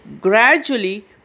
gradually